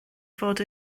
fod